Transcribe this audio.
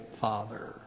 Father